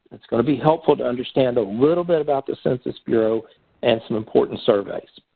it's going to be helpful to understand a little bit about the census bureau and some important surveys.